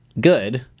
Good